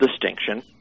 distinction